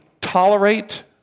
tolerate